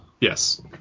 Yes